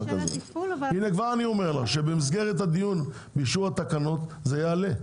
אני כבר אומר לך שבמסגרת הדיון לאישור התקנות זה יעלה.